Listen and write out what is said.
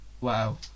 Wow